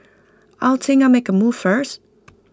I think I'll make A move first